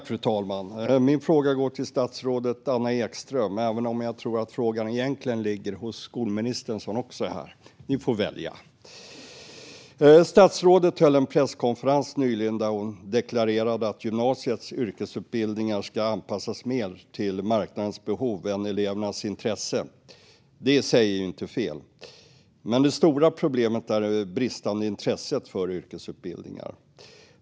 Fru talman! Min fråga går till statsrådet Anna Ekström, även om jag tror att frågan egentligen ligger hos skolministern, som också är här. Ni får välja. Statsrådet höll nyligen en presskonferens där hon deklarerade att gymnasiets yrkesutbildningar ska anpassas mer till marknadens behov än till elevernas intresse. Det i sig är inte fel, men det stora problemet är det bristande intresset för yrkesutbildningar.